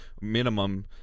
Minimum